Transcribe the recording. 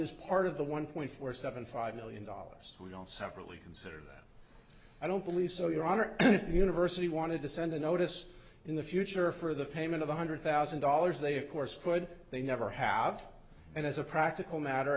is part of the one point four seven five million dollars we all separately consider that i don't believe so your honor university wanted to send a notice in the future for the payment of one hundred thousand dollars they of course could they never have and as a practical matter